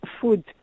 food